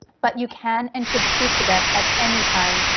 but you can and should speak to them at anytime.